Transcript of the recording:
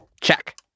Check